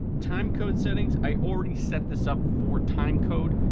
time code settings, i already set this up for time code.